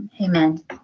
Amen